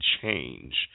change